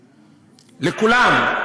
לכולם.